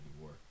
War